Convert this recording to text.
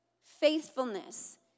faithfulness